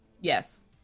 Yes